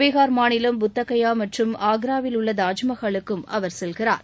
பீனர் மாநிலம் புத்த கயா மற்றும் ஆக்ராவில் உள்ள தாஜ்மஹாலுக்கும் அவர் செல்கிறார்